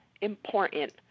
important